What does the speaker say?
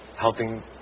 helping